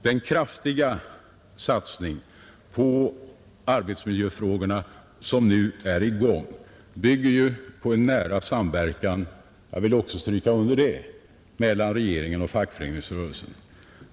Den kraftiga satsning på arbetsmiljöfrågorna som nu är i gång bygger på en nära samverkan — jag vill också stryka under det — mellan regeringen och fackföreningsrörelsen.